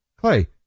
Clay